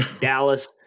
Dallas